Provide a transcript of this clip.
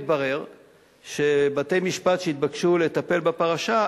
התברר שבתי-משפט שהתבקשו לטפל בפרשה,